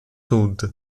hood